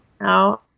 no